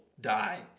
die